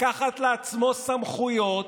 לקחת לעצמו סמכויות,